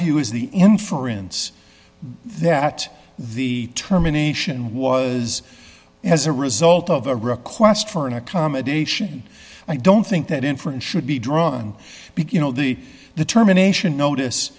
view is the inference that the terminations was as a result of a request for an accommodation i don't think that inference should be drawn on the the terminations notice